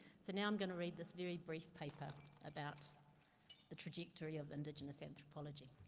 so now i'm going to read this very brief paper about the trajectory of indigenous anthropology,